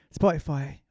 Spotify